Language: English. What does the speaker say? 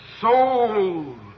soul